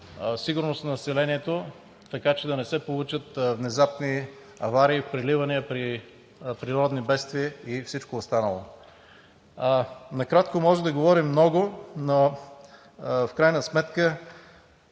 сигурност на населението, така че да не се получат внезапни аварии, преливания при природни бедствия и всичко останало. Накратко може да говорим много, но в крайна сметка